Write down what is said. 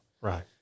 Right